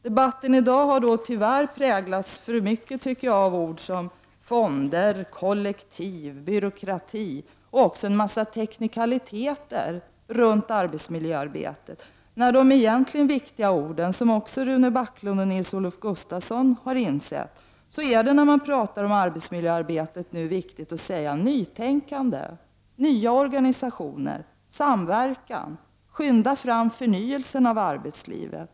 Debatten i dag har tyvärr präglats alltför mycket av ord såsom ”fonder, kollektiv, byråkrati” och även av en massa teknikaliteter kring arbetsmiljöarbetet. De ord som egentligen är viktiga, vilket också Rune Backlund och Nils-Olof Gustafsson har insett, är ”nytänkande, nya organisationer, samverkan” samt en skyndsam förnyelse av arbetslivet.